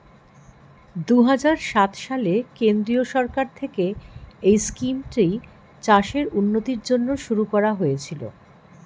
দুহাজার সাত সালে কেন্দ্রীয় সরকার থেকে এই স্কিমটা চাষের উন্নতির জন্য শুরু করা হয়েছিল